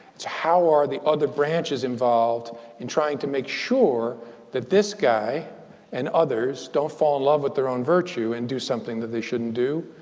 it's how are the other branches involved in trying to make sure that this guy and others don't fall in love with their own virtue and do something that they shouldn't do.